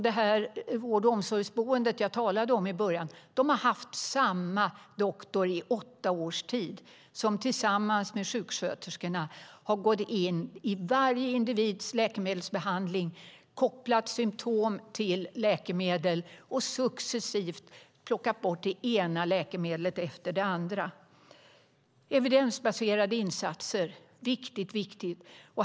Det vård och omsorgsboende jag talade om tidigare har haft samma doktor i åtta år, en doktor som tillsammans med sjuksköterskorna gått in i varje individs läkemedelsbehandling, kopplat symtom till läkemedel och successivt plockat bort det ena läkemedlet efter det andra. Evidensbaserade insatser - viktigt, viktigt.